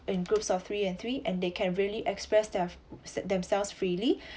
in groups of three and three and they can really express their set themselves freely